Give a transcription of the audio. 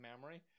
memory